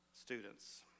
students